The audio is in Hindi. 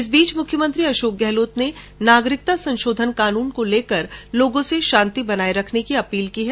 इस बीच मुख्यमंत्री अशोक गहलोत ने नागरिकता संशोधन कानून को लेकर लोगों से शांति बनाए रखने की अपील की है